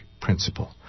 principle